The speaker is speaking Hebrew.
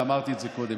ואמרתי את זה קודם,